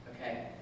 Okay